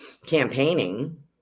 campaigning